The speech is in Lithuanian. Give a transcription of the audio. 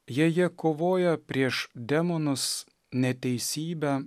jei jie kovoja prieš demonus neteisybę